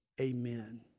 Amen